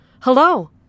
hello